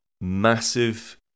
massive